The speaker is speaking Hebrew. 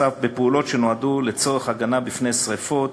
בפעולות שנועדו לצורך הגנה מפני שרפות